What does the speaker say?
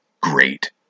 great